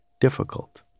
difficult